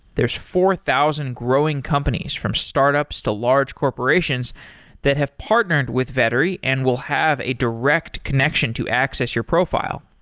there's four thousand growing companies from startups to large corporations that have partnered with vettery and will have a direct connection to access your profile.